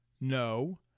No